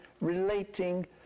relating